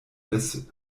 des